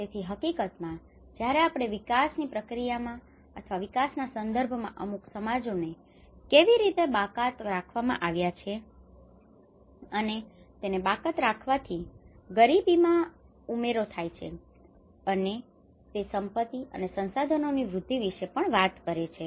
તેથી હકીકતમાં જ્યારે આપણે વિકાસની પ્રક્રિયામાં અથવા વિકાસના સંવાદમાં અમુક સમાજોને કેવી રીતે બાકાત રાખવામાં આવ્યા છે તે વિશે વાત કરીએ ત્યારે તમે જાણો છો કે આ બધી બાબતો ખરેખર જોખમી પ્રક્રિયાઓ છે અને તેને બાકાત રાખવાથી ગરીબીમાં ઉમેરો થાય છે અને તે સંપત્તિ અને સંસાધનોની વૃદ્ધિ વિશે પણ વાત કરે છે